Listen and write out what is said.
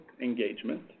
engagement